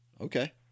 okay